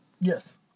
Yes